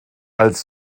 als